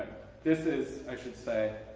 this is, i should say,